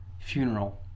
funeral